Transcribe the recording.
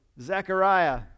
Zechariah